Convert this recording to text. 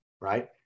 right